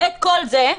את כל זה,